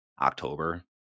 october